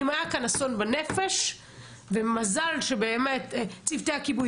אם היה כאן אסון בנפש ומזל שבאמת צוותי הכיבוי